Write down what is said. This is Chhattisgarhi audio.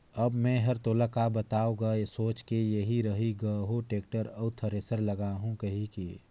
अब मे हर तोला का बताओ गा सोच के एही रही ग हो टेक्टर अउ थेरेसर लागहूँ कहिके